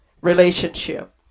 relationship